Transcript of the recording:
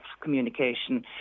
communication